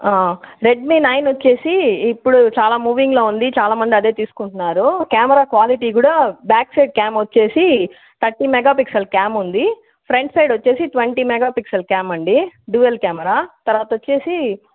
Redmi nine వచ్చేసి ఇప్పుడు చాలా మూవింగ్లో ఉంది చాలా మంది అదే తీసుకుంటున్నారు క్యామెరా క్వాలిటీ కూడా బ్యాక్ సైడ్ క్యామ్ వచ్చేసి థర్టీ మెగా పిక్సెల్స్ క్యామ్ ఉంది ఫ్రంట్ సైడ్ వచ్చేసి ట్వెంటీ మెగా పిక్సెల్స్ క్యామ్ అండి డ్యుయల్ క్యామెరా తర్వాత వచ్చేసి